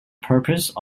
purpose